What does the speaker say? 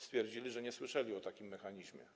Stwierdzili, że nie słyszeli o takim mechanizmie.